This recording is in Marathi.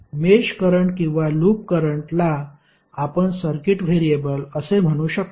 मेष करंट किंवा लूप करंट ला आपण सर्किट व्हेरिएबल असे म्हणू शकतो